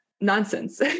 Nonsense